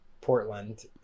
Portland